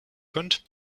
könnt